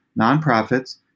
nonprofits